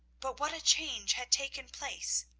but what a change had taken place!